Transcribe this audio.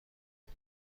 بود